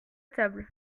table